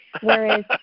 whereas